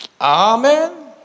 Amen